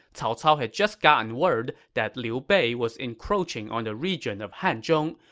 cao cao had just gotten word that liu bei was encroaching on the region of hanzhong,